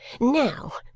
now,